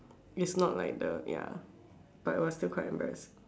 it's not like the ya but it was still quite embarrassing